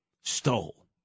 Stole